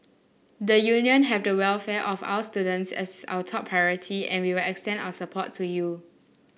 the Union have the welfare of our students as our top priority and will extend our support to you